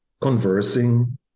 conversing